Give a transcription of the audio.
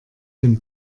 dem